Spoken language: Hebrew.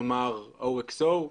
נאמר OXO?